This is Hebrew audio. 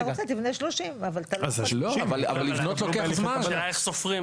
אתה רוצה, תבנה 30. השאלה איך סופרים.